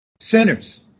sinners